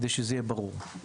כדי שזה יהיה ברור.